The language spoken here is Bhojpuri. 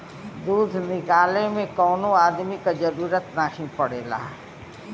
दूध निकाले में कौनो अदमी क जरूरत नाही पड़ेला